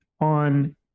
on